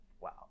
wow